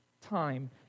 time